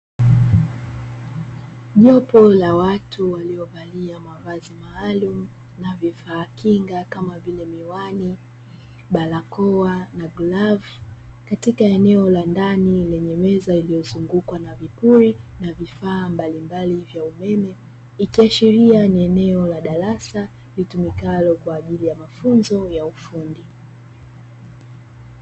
Jopo la watu waliovalia mavazi maalumu, na vifaa kinga kama vile; miwani, barakoa na glavu, katika eneo la ndani lenye meza iliyozungukwa na vipoi na vifaa mbalimbali vya umeme, ikiashiria ni eneo la darasa litumikalo kwa ajili ya mafunzo ya ufundi.